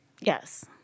Yes